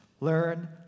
learn